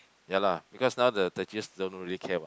ya lah because now the the G S don't really care about